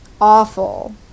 awful